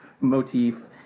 motif